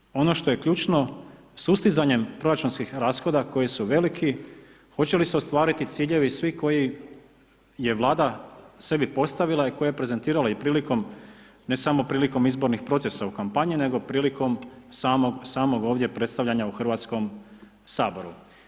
Međutim, ono što je ključno, sustizanjem proračunskih rashoda koji su veliki hoće li se ostvariti ciljevi svi koji je vlada sebi postavila i koja je prezentirala i prilikom, ne samo prilikom izbornih procesa u kampanji, nego prilikom samog ovdje predstavljanja u Hrvatskom saboru.